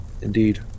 Indeed